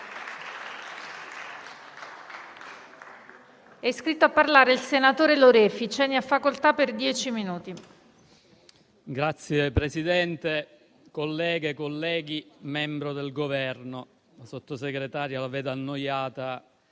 Grazie, Presidente, colleghe, colleghi, membro del Governo. Sottosegretaria, la vedo annoiata